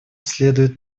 следует